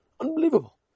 Unbelievable